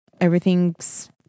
Everything's